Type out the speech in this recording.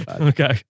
Okay